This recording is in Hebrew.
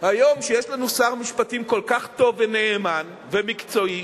היום, כשיש לנו שר משפטים כל כך טוב ונאמן ומקצועי